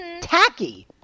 Tacky